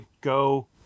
go